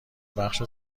بخش